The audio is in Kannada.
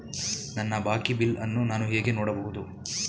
ನನ್ನ ಬಾಕಿ ಬಿಲ್ ಅನ್ನು ನಾನು ಹೇಗೆ ನೋಡಬಹುದು?